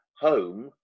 home